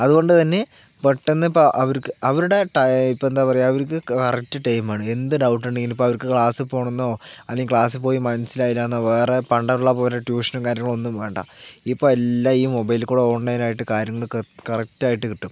അതുകൊണ്ട് തന്നെ പെട്ടന്നിപ്പോൾ അവർക്ക് അവരുടെ ഇപ്പോൾ എന്താ പറയുക അവർക്ക് കറക്റ്റ് ടൈമാണ് എന്ത് ഡൗട്ടുണ്ടെങ്കിലും ഇപ്പോൾ അവർക്ക് ക്ലാസ് പോവണമെന്നോ അല്ലെങ്കിൽ ക്ലാസ്സിൽ പോയി മനസ്സിലായില്ല എന്നോ വേറേ പണ്ടുള്ള പോലെ ട്യൂഷനും കാര്യങ്ങളൊന്നും വേണ്ട ഇപ്പോൾ എല്ലാം ഈ മൊബൈലിൽ കൂടെ ഓൺലൈനായിട്ട് കാര്യങ്ങള് കറക്റ്റായിട്ട് കിട്ടും